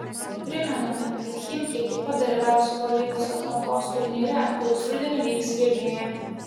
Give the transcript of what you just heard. primename kad chimki ekipa dalyvaus eurolygos atrankos turnyre kuris rudenį vyks vilniuje